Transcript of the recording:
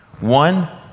One